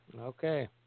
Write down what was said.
Okay